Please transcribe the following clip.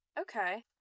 Okay